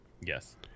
Yes